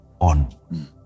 on